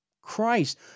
Christ